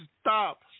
stop